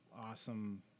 awesome